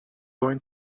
going